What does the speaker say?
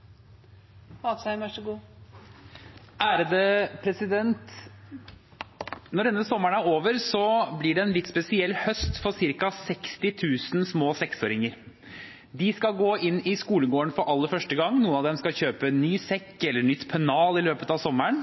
en litt spesiell høst for ca. 60 000 små seksåringer. De skal gå inn i skolegården for aller første gang. Noen av dem skal kjøpe ny sekk eller nytt pennal i løpet av sommeren.